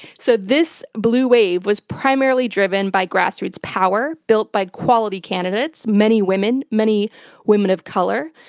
so this blue wave was primarily driven by grassroots power built by quality candidates many women, many women of color.